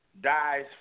dies